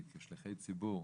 כשליחי ציבור,